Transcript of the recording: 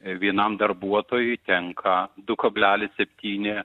vienam darbuotojui tenka du kablelis septyni